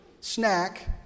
snack